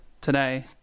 today